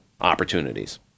opportunities